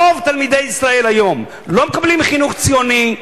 רוב תלמידי ישראל היום לא מקבלים חינוך ציוני,